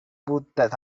பூத்த